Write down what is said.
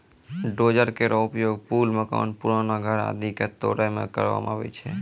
dozer केरो उपयोग पुल, मकान, पुराना घर आदि क तोरै म काम आवै छै